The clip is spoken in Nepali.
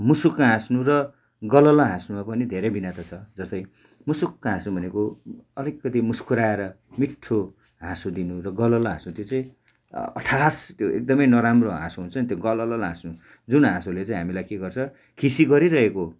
मुसुक्क हाँस्नु र गललल हाँस्नुमा पनि धेरै भिन्नता छ जस्तै मुसुक्क हाँस्नु भनेको अलिकति मुस्कुराएर मिट्ठो हाँसो दिनु र गललल हाँस्नु त्यो चाहिँ अट्टहास त्यो एकदमै नराम्रो हाँसो हुन्छ नि त्यो गललल हाँस्नु जुन हाँसोले चाहिँ हामीलाई के गर्छ खिसी गरिरहेको